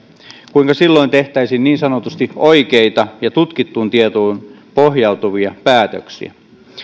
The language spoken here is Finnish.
kuinka silloin tehtäisiin niin sanotusti oikeita ja tutkittuun tietoon pohjautuvia päätöksiä